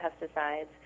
pesticides